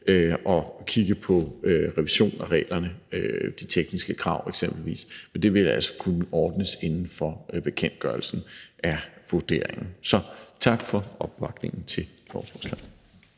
at kigge på en revision af reglerne, eksempelvis de tekniske krav. Men det vil altså kunne ordnes inden for bekendtgørelsen, er vurderingen. Så tak for opbakningen til lovforslaget.